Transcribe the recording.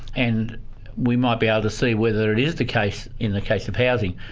and we might be able to see whether it is the case in the case of housing,